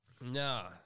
No